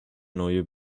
neue